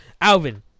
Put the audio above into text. alvin